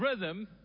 rhythm